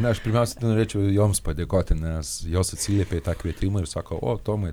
aš pirmiausia tai norėčiau joms padėkoti nes jos atsiliepė į tą kvietimą ir sako o tomai